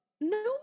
No